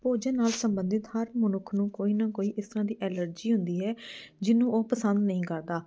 ਭੋਜਨ ਨਾਲ ਸੰਬੰਧਿਤ ਹਰ ਮਨੁੱਖ ਨੂੰ ਕੋਈ ਨਾ ਕੋਈ ਇਸ ਤਰ੍ਹਾਂ ਦੀ ਐਲਰਜੀ ਹੁੰਦੀ ਹੈ ਜਿਹਨੂੰ ਉਹ ਪਸੰਦ ਨਹੀਂ ਕਰਦਾ